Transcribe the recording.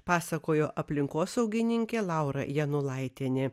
pasakojo aplinkosaugininkė laura janulaitienė